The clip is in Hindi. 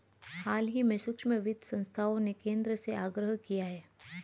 हाल ही में सूक्ष्म वित्त संस्थाओं ने केंद्र से आग्रह किया है